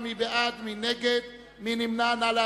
47 בעד, 62 נגד, אין נמנעים.